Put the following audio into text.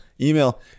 Email